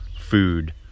food